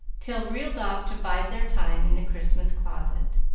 till reeled off to bide their time in the christmas closet.